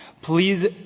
Please